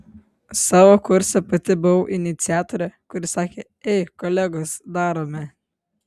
savo kurse pati buvau iniciatorė kuri sakė ei kolegos darome